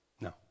No